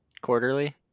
quarterly